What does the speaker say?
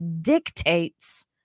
dictates